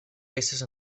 peces